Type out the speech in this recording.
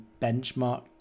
benchmarked